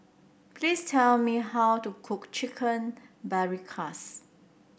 please tell me how to cook Chicken Paprikas